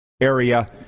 area